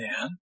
man